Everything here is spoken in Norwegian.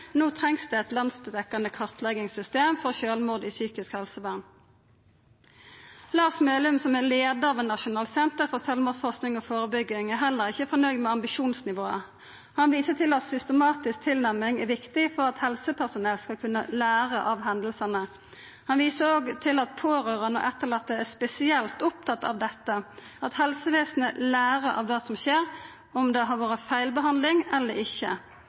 no trengst det eit landsdekkande kartleggingssystem for sjølvmord i psykisk helsevern. Lars Mehlum, som er leiar ved Nasjonalt senter for selvmordsforskning og forebygging, er heller ikkje fornøgd med ambisjonsnivået. Han viser til at systematisk tilnærming er viktig for at helsepersonell skal kunna læra av hendingane. Han viser òg til at pårørande og etterlatne er spesielt opptatt av dette, at helsevesenet lærer av det som skjer, og om det har vore feilbehandling eller ikkje.